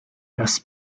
das